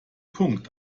punkt